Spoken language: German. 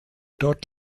dort